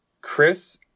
Chris